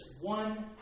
one